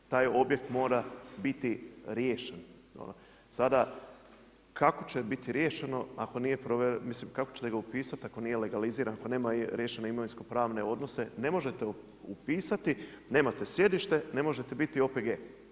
Taj objekt mora biti riješen, a sada kako će biti riješeno ako nije, mislim kako će nego upisati ako nije legaliziran ako nema riješene imovinsko-pravne odnose ne možete upisati, nemate sjedište, ne možete biti OPG.